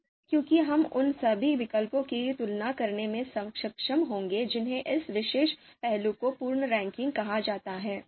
अब क्योंकि हम उन सभी विकल्पों की तुलना करने में सक्षम होंगे जिन्हें इस विशेष पहलू को पूर्ण रैंकिंग कहा जाता है